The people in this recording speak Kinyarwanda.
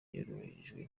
yarubahirijwe